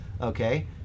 Okay